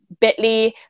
bit.ly